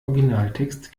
originaltext